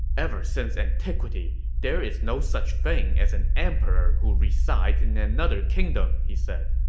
ever since antiquity, there is no such thing as an emperor who resides in another kingdom, he said.